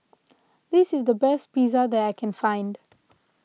this is the best Pizza that I can find